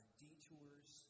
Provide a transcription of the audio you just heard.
detours